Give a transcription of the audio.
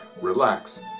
relax